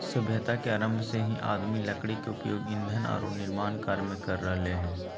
सभ्यता के आरंभ से ही आदमी लकड़ी के उपयोग ईंधन आरो निर्माण कार्य में कर रहले हें